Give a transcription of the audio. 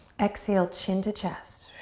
exhale, chin to chest.